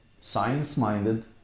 science-minded